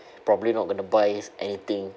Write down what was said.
probably not going to buy anything